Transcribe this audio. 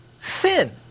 sin